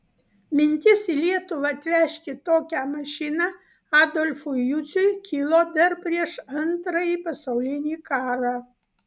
mintis į lietuvą atvežti tokią mašiną adolfui juciui kilo dar prieš antrąjį pasaulinį karą